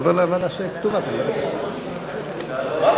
בוועדת הכלכלה נתקבלה.